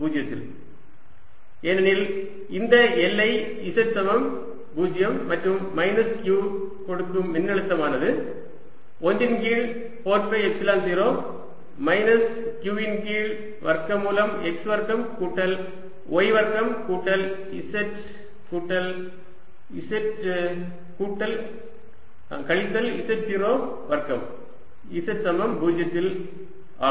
q 14π0qx2y2z z02|z z0 ஏனெனில் இந்த எல்லை z சமம் 0 மற்றும் மைனஸ் q கொடுக்கும் மின்னழுத்தமானது 1 இன் கீழ் 4 பை எப்சிலன் 0 மைனஸ் q இன் கீழ் வர்க்கமூலம் x வர்க்கம் கூட்டல் y வர்க்கம் கூட்டல் z கூட்டல் z கூட்டல் கழித்தல் z0 வர்க்கம் z சமம் 0 இல் ஆகும்